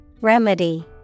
Remedy